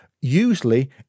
Usually